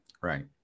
right